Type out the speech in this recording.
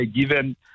given